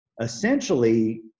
essentially